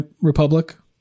Republic